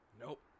Nope